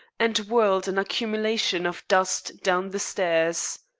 and whirled an accumulation of dust down the stairs.